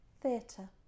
Theatre